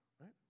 right